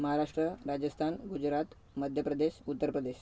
Maharashtra Rajasthan Gujarat Madhya Pradesh Uttar Pradesh